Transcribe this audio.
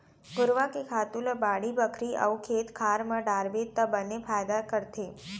घुरूवा के खातू ल बाड़ी बखरी अउ खेत खार म डारबे त बने फायदा करथे